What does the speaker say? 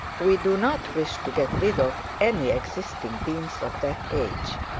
we do not wish to get rid of any existing deans of that age.